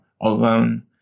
alone